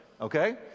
Okay